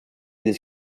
this